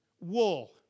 wool